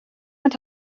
and